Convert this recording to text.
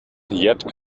yet